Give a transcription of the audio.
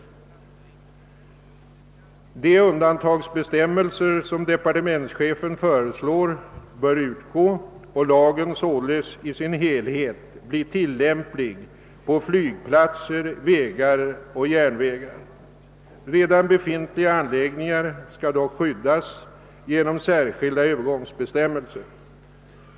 De undantagsbestämmelser som departementschefen föreslår bör utgå och lagen således i sin helhet bli tillämplig på flygplatser, vägar och järnvägar; redan befintliga anläggningar skall dock skyddas genom särskilda övergångsbestämmelser.